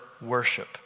worship